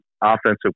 offensive